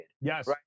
Yes